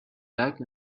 back